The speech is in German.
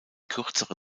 kürzere